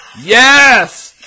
Yes